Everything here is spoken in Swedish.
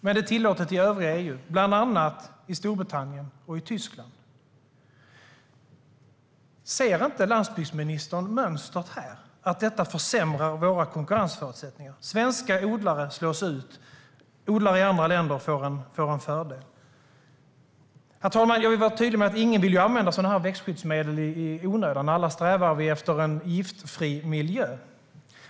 Men det är tillåtet i övriga EU, bland annat i Storbritannien och i Tyskland. Ser landsbygdsministern inte mönstret här och att detta försämrar våra konkurrensförutsättningar? Svenska odlare slås ut, medan odlare i andra länder får en fördel. Herr talman! Jag vill vara tydlig med att ingen vill använda sådana växtskyddsmedel i onödan. Vi strävar alla efter en giftfri miljö.